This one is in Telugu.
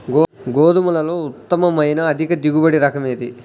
గోధుమలలో ఉత్తమమైన అధిక దిగుబడి రకం ఏది?